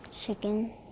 Chicken